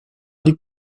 liegt